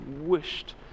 wished